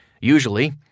Usually